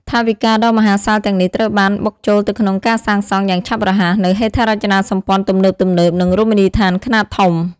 ថវិកាដ៏មហាសាលទាំងនេះត្រូវបាន បុកចូលទៅក្នុងការសាងសង់ យ៉ាងឆាប់រហ័សនូវ ហេដ្ឋារចនាសម្ព័ន្ធទំនើបៗ និងរមណីយដ្ឋានខ្នាតធំ។